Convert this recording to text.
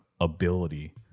ability